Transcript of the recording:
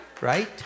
right